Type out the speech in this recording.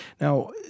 Now